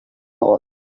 hall